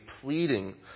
pleading